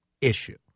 issue